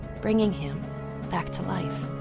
bringing him back to life.